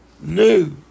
new